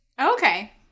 Okay